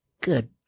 Good